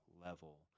level